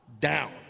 Down